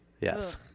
Yes